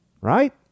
right